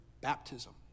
baptism